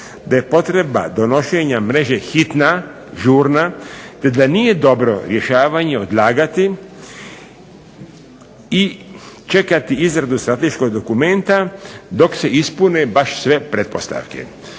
da je potreba donošenja mreže hitna, žurna, te da nije dobro rješavanje odlagati i čekati izradu strateškog dokumenta dok se ispune baš sve pretpostavke.